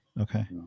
Okay